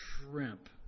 shrimp